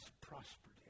prospered